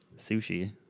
sushi